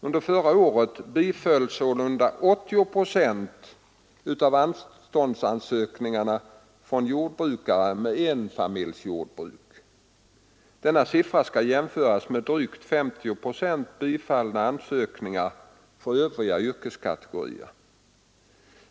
Under förra året bifölls sålunda cirka 80 procent av anståndsansökningarna från jordbrukare med enmansjordbruk. Denna siffra kan jämföras med de drygt 50 procent bifallna ansökningarna från övriga yrkeskategorier.